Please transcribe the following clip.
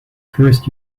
first